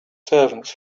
servants